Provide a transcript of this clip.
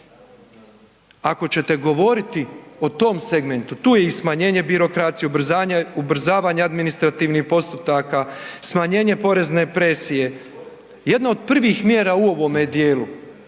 Ako ćete govoriti o tom segmentu tu je i smanjenje birokracije, ubrzavanje administrativnih postupaka, smanjenje porezne presije. Jedno od prvih mjera u ovome dijelu